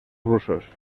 rusos